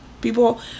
people